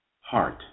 heart